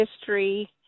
history